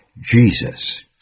Jesus